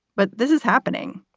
but this is happening.